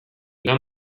lan